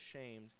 ashamed